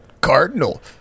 cardinal